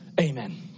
Amen